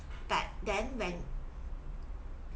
but then when